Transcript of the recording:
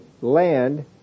land